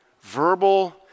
verbal